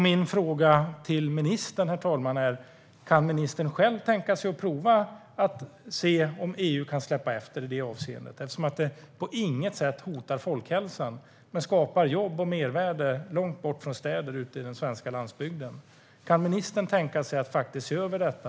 Min fråga till ministern är: Kan ministern själv tänka sig att prova och se om EU kan släppa efter i det avseendet? Det hotar på inget sätt folkhälsan men skapar jobb och mervärde långt bort från städer ute i den svenska landsbygden. Kan ministern tänka sig att se över detta?